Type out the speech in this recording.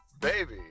Baby